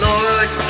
Lord